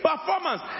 performance